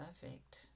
perfect